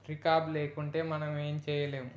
రిఖాబ్ లేకుంటే మనము ఏం చెయ్యలేం